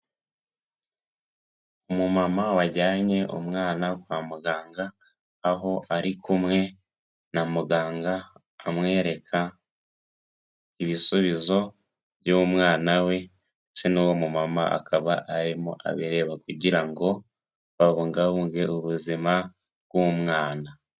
Umumama wajyanye umwana kwa muganga, aho ari kumwe na muganga amwereka ibisubizo by'umwana we ndetse n'uwo mu mama akaba arimo abireba kugira ngo babungabunge ubuzima bw'umwana.